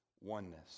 oneness